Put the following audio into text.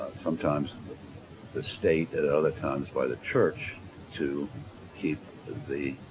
sometimes the state at other times by the church to keep the